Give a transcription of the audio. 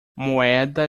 moeda